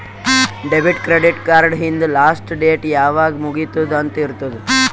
debit, credit card ಹಿಂದ್ last date ಯಾವಾಗ್ ಮುಗಿತ್ತುದ್ ಅಂತ್ ಇರ್ತುದ್